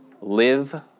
live